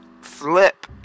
flip